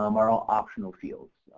um are ah optional fields.